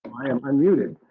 i am unmuted.